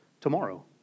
tomorrow